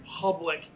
public